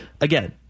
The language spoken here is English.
Again